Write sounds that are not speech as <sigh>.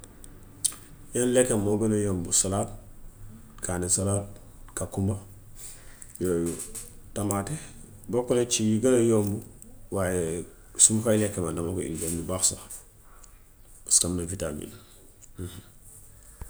Yan lekk moo gën a yombu: salaat, kaani salaat, kàkkumba, yooyu, tamaate. Bokk na ci yi gëñ a yomb waaye su ma lekk man dama koy enjoy bu baax sax paska am na vitamine. <unintelligible>